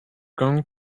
going